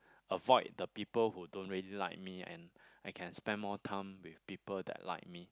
avoid the people who don't really like me and I can spend more time with people that like me